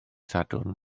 sadwrn